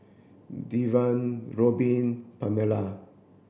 Devin Robin Pamelia